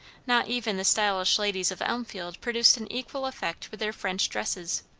not even the stylish ladies of elmfield produced an equal effect with their french dresses.